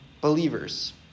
believers